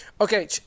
Okay